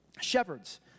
Shepherds